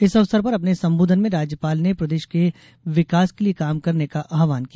इस अवसर पर अपने संबोधन में राज्यपाल ने प्रदेश के विकास के लिये काम करने का आहवान किया